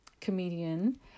comedian